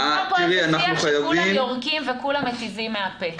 נוצר פה איזה שיח שכולם יורקים וכולם מתיזים מהפה.